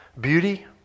Beauty